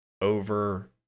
over